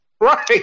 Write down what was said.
Right